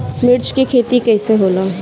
मिर्च के खेती कईसे होला?